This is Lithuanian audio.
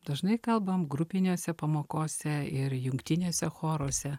dažnai kalbam grupinėse pamokose ir jungtinėse choruose